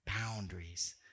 boundaries